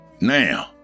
Now